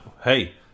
Hey